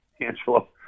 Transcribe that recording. Angelo